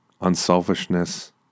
unselfishness